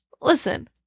listen